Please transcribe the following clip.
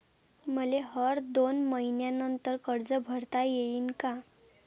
मले हर दोन मयीन्यानंतर कर्ज भरता येईन का?